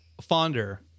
fonder